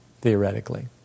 theoretically